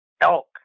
elk